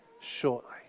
shortly